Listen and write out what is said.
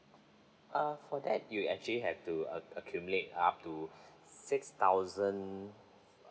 uh for that you actually have to ac~ accumulate up to six thousand